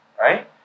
right